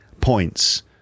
points